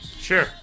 Sure